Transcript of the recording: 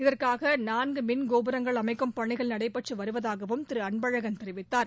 இதற்காக நான்கு மிள் கோபுரங்கள் அமைக்கும் பணிகள் நடைபெற்று வருவதாகவும் திரு அன்பழகன் தெரிவித்தார்